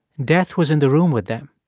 death was in the room with them.